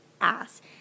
ass